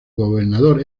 gobernador